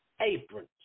aprons